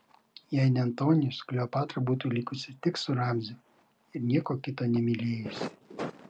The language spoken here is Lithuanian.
jei ne antonijus kleopatra būtų likusi tik su ramziu ir nieko kito nemylėjusi